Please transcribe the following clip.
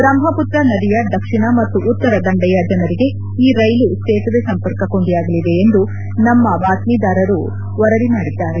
ಬ್ರಹ್ಮುತ್ರ ನದಿಯ ದಕ್ಷಿಣ ಮತ್ತು ಉತ್ತರ ದಂಡೆಯ ಜನರಿಗೆ ಈ ರೈಲು ಸೇತುವೆ ಸಂಪರ್ಕ ಕೊಂಡಿಯಾಗಲಿದೆ ಎಂದು ನಮ್ಮ ಬಾತ್ತೀದಾರರು ವರದಿ ಮಾಡಿದ್ದಾರೆ